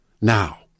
Now